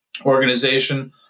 organization